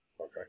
Okay